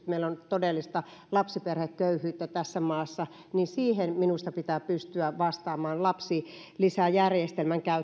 meillä on todellista lapsiperheköyhyyttä tässä maassa että siihen pitää pystyä vastaamaan lapsilisäjärjestelmän